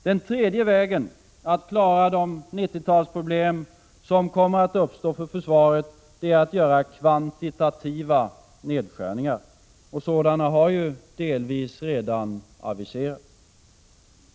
Den tredje vägen att klara de 1990-talsproblem som kommer att uppstå är att göra kvantitativa nedskärningar av försvaret. Sådana har delvis redan aviserats.